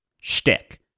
shtick